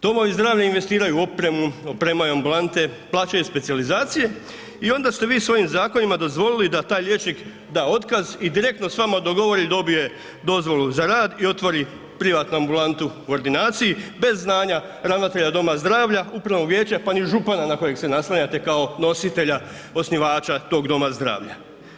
Domovi zdravlja investiraju u opremu, opremaju ambulante, plaćaju specijalizacije i onda ste vi svojim zakonima dozvolili da taj liječnik da otkaz i direktno s vama dogovori, dobije dozvolu za rad i otvori privatnu ambulantu u ordinaciji bez znanja ravnatelja doma zdravlja, upravnog vijeća pa ni župana na kojeg se naslanjate kao nositelja, osnivača tog doma zdravlja.